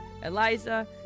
Eliza